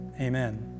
Amen